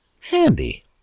Handy